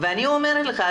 ואני אומרת לך,